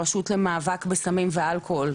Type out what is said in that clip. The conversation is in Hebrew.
הרשות למאבק בסמים ואלכוהול,